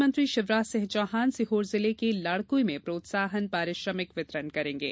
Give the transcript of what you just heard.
मुख्यमंत्री शिवराज सिंह चौहान सीहोर जिले के लाड़कुई में प्रोत्साहन पारिश्रमिक वितरित करेंगे